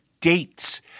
dates